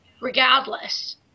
regardless